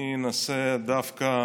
אני אנסה דווקא